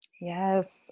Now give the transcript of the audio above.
Yes